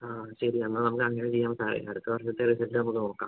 ആ ശരി എന്നാൽ നമുക്ക് അങ്ങനെ ചെയ്യാം സാറെ അടുത്ത വർഷത്തെ റിസൾട്ട് നമുക്ക് നോക്കാം